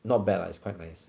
not bad lah it's quite nice